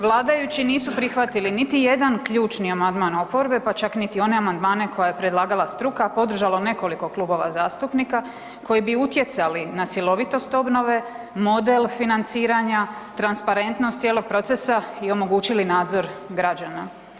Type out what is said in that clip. Vladajući nisu prihvatili niti jedan ključni amandman oporbe, pa čak niti one amandmane koje je predlagala struka, a podržalo nekoliko klubova zastupnika koji bi utjecali na cjelovitost obnove, model financiranja, transparentnost cijelog procesa i omogućili nadzor građana.